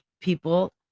people